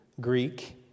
Greek